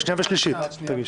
בשנייה ושלישית תגיש